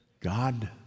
God